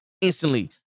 instantly